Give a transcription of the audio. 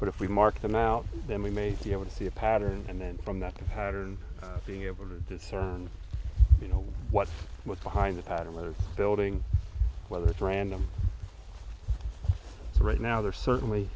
but if we mark them out then we may be able to see a pattern and then from that pattern of being able to discern you know what was behind the pattern most building whether it's random right now there are certainly